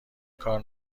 کار